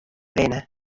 binne